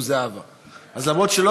הזדמנות.